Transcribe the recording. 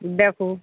देखू